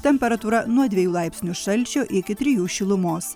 temperatūra nuo dviejų laipsnių šalčio iki trijų šilumos